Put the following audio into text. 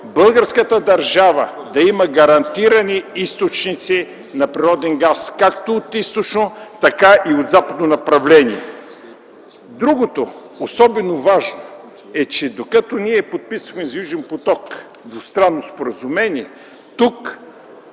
българската държава да има гарантирани източници на природен газ както от източно, така и от западно направление. Другото особено важно е, че докато ние подписвахме двустранно споразумение за